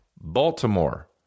Baltimore